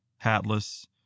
hatless